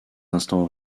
instants